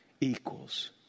equals